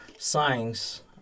Science